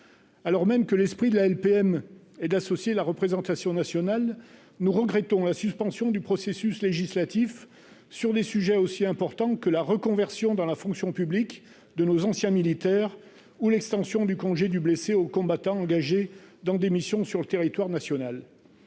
Alors même que l'esprit de la LPM et d'associer la représentation nationale, nous regrettons la suspension du processus législatif sur des sujets aussi importants que la reconversion dans la fonction publique de nos anciens militaires ou l'extension du congé du blessé aux combattants engagés dans des missions sur le territoire national,